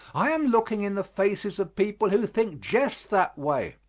i am looking in the faces of people who think just that way.